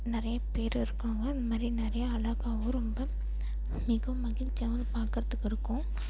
நிறையப் பேர் இருப்பாங்க அந்த மாதிரி நிறைய அழகாவும் ரொம்ப மிக மகிழ்ச்சியாகவும் பார்க்கறத்துக்கு இருக்கும்